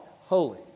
Holy